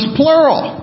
plural